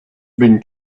been